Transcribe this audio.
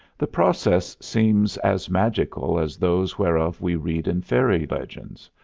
the process seems as magical as those whereof we read in fairy legends,